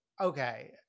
okay